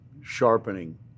sharpening